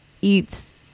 eats